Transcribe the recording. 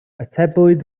atebwyd